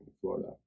Florida